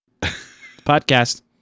Podcast